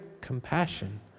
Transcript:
compassion